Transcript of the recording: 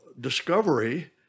discovery